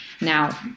Now